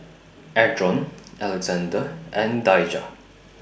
Adron Alexande and Daijah